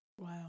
Wow